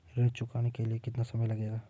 ऋण चुकाने के लिए कितना समय मिलेगा?